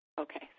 Okay